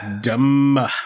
Dumb